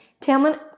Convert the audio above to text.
Tamlin